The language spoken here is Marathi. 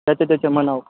त्याच्या त्याच्या मनावर